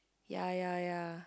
ya ya ya